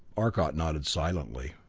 arcot nodded silently.